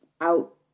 out